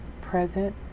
present